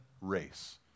race